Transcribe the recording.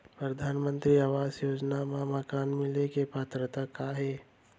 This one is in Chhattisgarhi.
परधानमंतरी आवास योजना मा मकान मिले के पात्रता का हे?